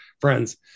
friends